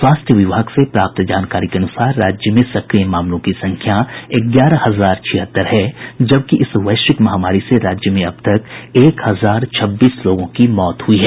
स्वास्थ्य विभाग से प्राप्त जानकारी के अनुसार राज्य में सक्रिय मामलों की संख्या ग्यारह हजार छिहत्तर है जबकि इस वैश्विक महामारी से राज्य में अब तक एक हजार छब्बीस लोगों की मौत हुई है